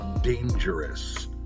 dangerous